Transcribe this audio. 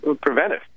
preventive